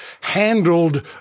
handled